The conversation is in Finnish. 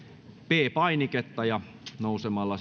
p painiketta ja nousemalla